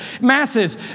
masses